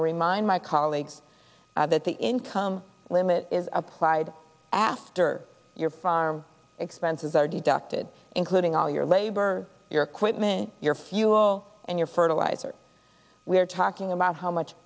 to remind my colleagues that the income limit is applied after your expenses are deducted including all your labor your equipment your fuel and your fertilizer we're talking about how much